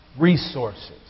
resources